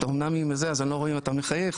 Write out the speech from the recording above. אומנם אני לא רואה אם אתה מחייך,